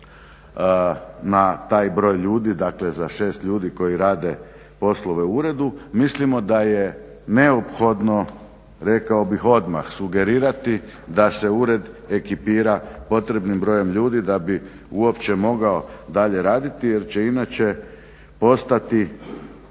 na taj broj ljudi, dakle za 6 ljudi koji rade poslove u uredu. Mislimo da je neophodno, rekao bih odmah sugerirati da se ured ekipira potrebnim brojem ljudi da bi uopće mogao dalje raditi jer će inače postati